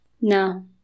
No